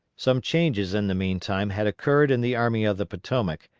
some changes in the meantime had occurred in the army of the potomac,